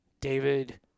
David